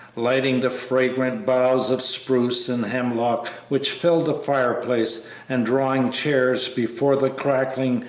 lighting the fragrant boughs of spruce and hemlock which filled the fireplace and drawing chairs before the crackling,